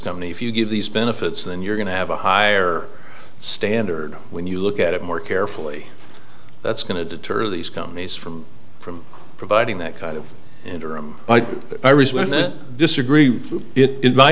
company if you give these benefits then you're going to have a higher standard when you look at it more carefully that's going to deter these companies from from providing that kind of interim when it disagree with it m